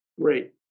great